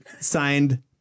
Signed